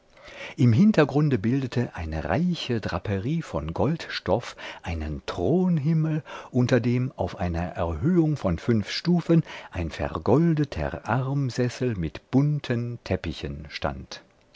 im hintergrunde bildete eine reiche draperie von goldstoff einen thronhimmel unter dem auf einer erhöhung von fünf stufen ein vergoldeter armsessel mit bunten teppichen stand